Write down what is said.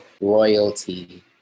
royalty